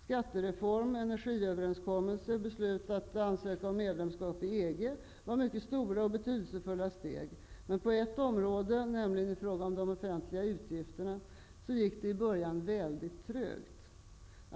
Skattereformen, energiöverenskommelsen och beslutet att ansöka om medlemskap i EG var stora och betydelsefulla steg. Men på ett område, nämligen i fråga om de offentliga utgifterna, gick det i början trögt.